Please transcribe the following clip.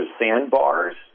sandbars